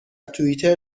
توئیتر